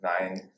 Nine